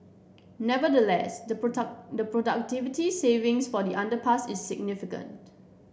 nevertheless the product productivity savings for the underpass is significant